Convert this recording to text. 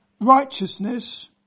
righteousness